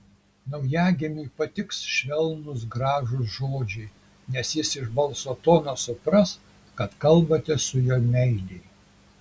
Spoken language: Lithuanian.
naujagimiui patiks švelnūs gražūs žodžiai nes jis iš balso tono supras kad kalbate su juo meiliai